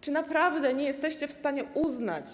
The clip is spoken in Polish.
Czy naprawdę nie jesteście w stanie uznać,